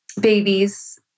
babies